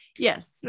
Yes